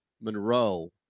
Monroe